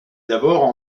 d’abord